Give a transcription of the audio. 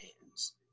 hands